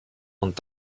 und